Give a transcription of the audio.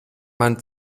man